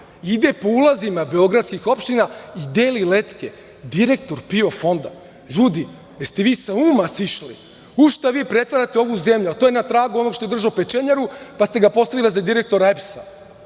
Ide po ulazima beogradskih opština i deli letke, direktor PIO fonda. Ljudi, jeste li vi sa uma sišli? U šta vi pretvarate ovu zemlju, a to je na tragu onoga što je držao pečenjaru, pa ste ga postavili za direktora EPS-a.